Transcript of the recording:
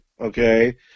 okay